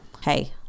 Hey